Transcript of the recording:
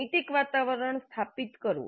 નૈતિક વાતાવરણ સ્થાપિત કરવું